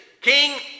King